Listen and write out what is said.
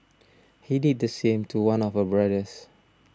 he did the same to one of her brothers